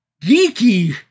geeky